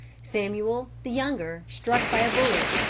samuel, the younger, struck by a bullet,